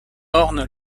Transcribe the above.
orne